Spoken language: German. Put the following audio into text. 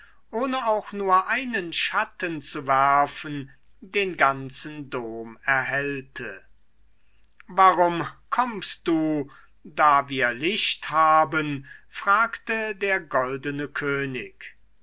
ohne auch nur einen schatten zu werfen den ganzen dom erhellte warum kommst du da wir licht haben fragte der goldene könig